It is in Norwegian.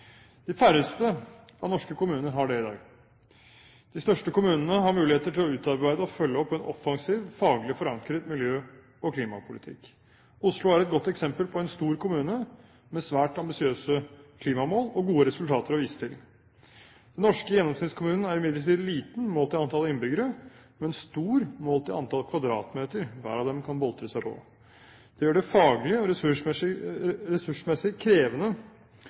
De færreste av norske kommuner har det i dag. De største kommunene har muligheter til å utarbeide og følge opp en offensiv, faglig forankret miljø- og klimapolitikk. Oslo er et godt eksempel på en stor kommune med svært ambisiøse klimamål og gode resultater å vise til. Den norske gjennomsnittskommunen er imidlertid liten målt i antall innbyggere, men stor målt i antall kvadratmeter hver av dem kan boltre seg på. Det gjør det faglig og ressursmessig krevende